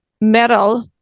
metal